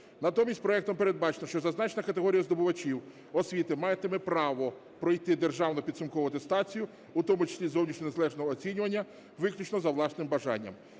Натомість проектом передбачено, що зазначена категорія здобувачів освіти матиме право пройти державну підсумкову атестацію, у тому числі зовнішнє незалежне оцінювання, виключно за власним бажанням.